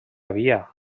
havia